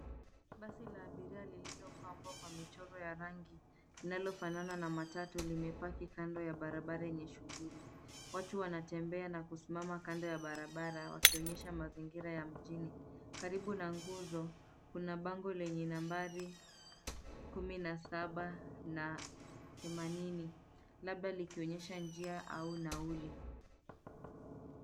Basi la abiria lililo pambwa kwa michoro ya rangi linalo fanana na matatu limepaki kando ya barabara lenye shughuli. Watu wanatembea na kusimama kando ya barabara wakionyesha mazingira ya mjini. Karibu na nguzo kuna bango lenye nambari kumi na saba na themanini labda likionyesha njia au nauli.